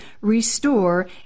restore